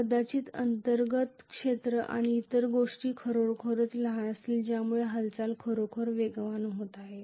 कदाचित अंतर्गत क्षेत्र आणि इतर गोष्टी खरोखरच लहान असतील ज्यामुळे हालचाली खरोखर वेगवान होत आहेत